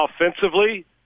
offensively